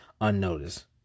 unnoticed